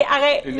יש